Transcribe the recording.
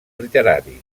literaris